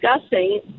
discussing